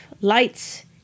lights